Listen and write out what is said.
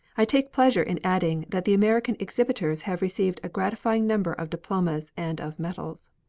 i take pleasure in adding that the american exhibitors have received a gratifying number of diplomas and of medals.